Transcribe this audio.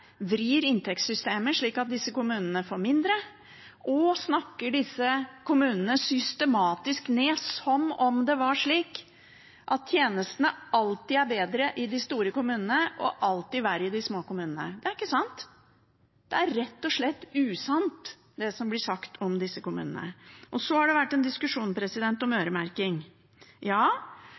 vrir inntektssystemet slik at disse kommunene får mindre, og snakker disse kommunene systematisk ned, som om det var slik at tjenestene alltid er bedre i de store kommunene og alltid verre i de små. Det er ikke sant. Det er rett og slett usant, det som blir sagt om disse kommunene. Så har det vært en diskusjon om øremerking. Ja,